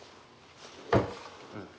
mm